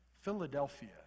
Philadelphia